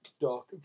dark